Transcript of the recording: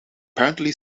apparently